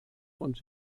und